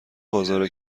بازار